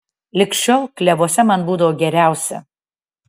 lig šiol klevuose man būdavo geriausia